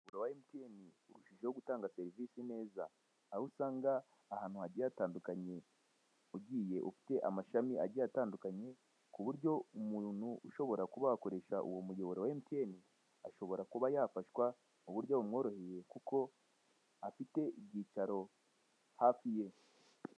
Umuyoboro wa MTN urushijeho gutanga serivise neza aho usanga ahantu hagiye hatandukanye ugiye ufite amashami agiye atandukanye, kuburyo umuntu ushobora kuba yakoresha uwo muyoboro wa MTN ashobora kuba yafashwa mu buryo bumworoheye kuko afite ibyicaro hafi ye.